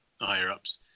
higher-ups